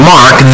Mark